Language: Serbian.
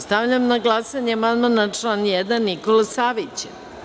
Stavljam na glasanje amandman na član 1. Nikole Savića.